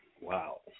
Wow